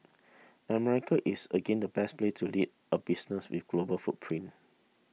America is again the best place to lead a business with a global footprint